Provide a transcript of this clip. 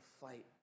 fight